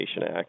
Act